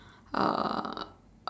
uh